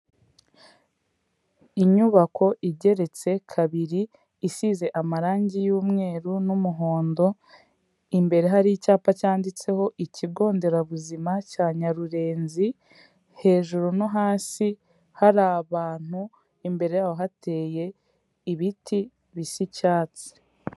Inyubako igeretse kabiri isize amarangi y'umweru n'umuhondo, imbere hari icyapa cyanditseho Ikigo nderabuzima cya Nyarurenzi, hejuru no hasi hari abantu, imbere yaho hateye ibiti bisa icyatsi.